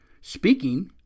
Speaking